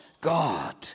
god